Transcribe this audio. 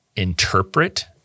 interpret